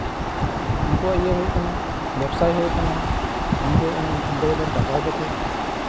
ᱩᱱᱠᱩᱣᱟᱜ ᱤᱭᱟᱹ ᱦᱩᱭᱩᱜ ᱠᱟᱱᱟ ᱵᱮᱵᱽᱥᱟᱭ ᱦᱩᱭᱩᱜ ᱠᱟᱱᱟ ᱩᱱᱠᱩ ᱜᱚᱼᱵᱟᱵᱟ ᱴᱟᱠᱟᱭ ᱫᱟᱠᱚ